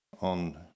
on